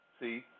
See